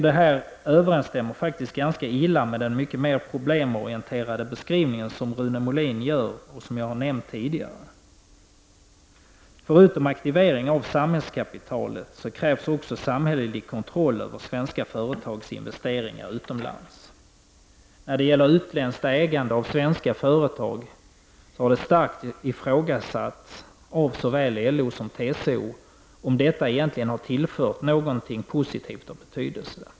Detta överensstämmer enligt min mening ganska illa med den mycket mer problemorienterade beskrivning som Rune Molin gör och som jag har nämnt tidigare. Förutom en aktivering av samhällskapitalet krävs också samhällelig kontroll över svenska företags investeringar utomlands. När det gäller utländskt ägande av svenska företag har det av såväl LO som TCO starkt ifrågasatts om detta egentligen har tillfört någonting positivt av betydelse.